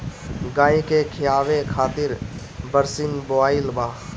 गाई के खियावे खातिर बरसिंग बोआइल बा